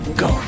go